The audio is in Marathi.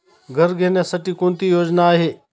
घर घेण्यासाठी कोणती योजना आहे?